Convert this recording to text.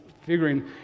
figuring